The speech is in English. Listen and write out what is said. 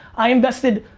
i invested,